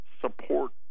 support